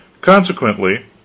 Consequently